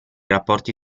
rapporti